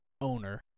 owner